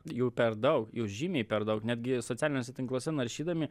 jų per daug jų žymiai per daug netgi socialiniuose tinkluose naršydami